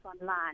online